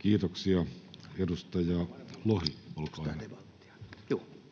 [Speech 7] Speaker: